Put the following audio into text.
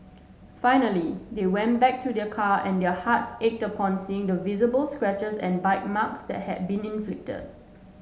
finally they went back to their car and their hearts ached upon seeing the visible scratches and bite marks that had been inflicted